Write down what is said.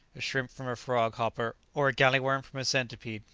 a shrimp from a frog-hopper, or a galley-worm from a centipede.